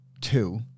two